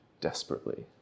desperately